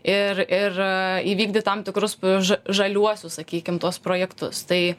ir ir įvykdyt tam tikrus p ž žaliuosius sakykim tuos projektus tai